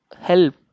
help